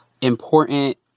important